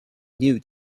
knew